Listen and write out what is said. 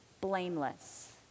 blameless